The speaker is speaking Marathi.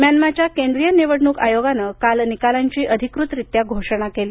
म्यानमारच्या केंद्रीय निवडणूक आयोगानं काल निकालांची अधिकृतरीत्या घोषणा केली